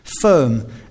firm